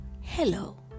hello